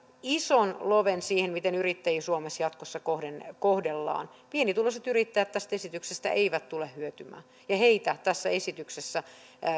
ison loven siihen miten yrittäjiä suomessa jatkossa kohdellaan pienituloiset yrittäjät tästä esityksestä eivät tule hyötymään ja heitä tässä esityksessä